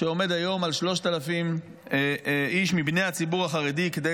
שעומדת היום על 3,000 איש מבני הציבור החרדי כדי